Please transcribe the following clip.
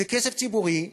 זה כסף ציבורי,